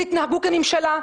תתנהגו כממשלה.